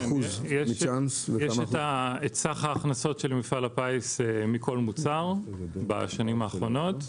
יש את סך ההכנסות של מפעל הפיס מכל מוצר בשנים האחרונות.